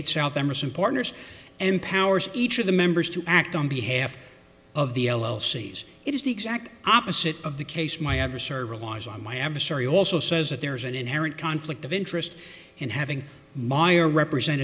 eight south emerson partners and powers each of the members to act on behalf of the l l c it is the exact opposite of the case my other server logs on my adversary also says that there is an inherent conflict of interest in having my or represent